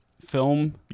film